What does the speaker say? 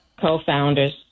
co-founders